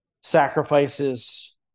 sacrifices